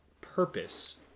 purpose